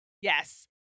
Yes